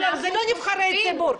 אלה לא נבחרי ציבור.